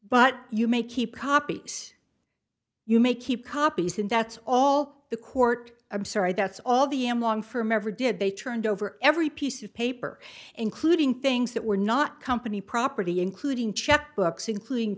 but you may keep copies you may keep copies and that's all the court i'm sorry that's all the am long from ever did they turned over every piece of paper including things that were not company property including check books including